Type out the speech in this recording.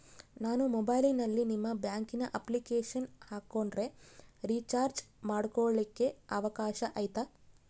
ನಾನು ಮೊಬೈಲಿನಲ್ಲಿ ನಿಮ್ಮ ಬ್ಯಾಂಕಿನ ಅಪ್ಲಿಕೇಶನ್ ಹಾಕೊಂಡ್ರೆ ರೇಚಾರ್ಜ್ ಮಾಡ್ಕೊಳಿಕ್ಕೇ ಅವಕಾಶ ಐತಾ?